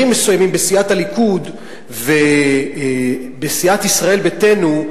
מסוימים בסיעת הליכוד ובסיעת ישראל ביתנו,